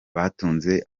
batunze